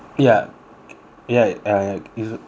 ya uh it's no problem ya